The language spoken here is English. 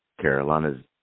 Carolina's